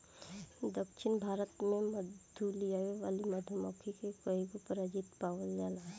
दक्षिण भारत में मधु लियावे वाली मधुमक्खी के कईगो प्रजाति पावल जाला